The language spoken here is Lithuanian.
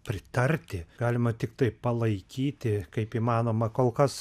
pritarti galima tiktai palaikyti kaip įmanoma kol kas